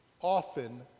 often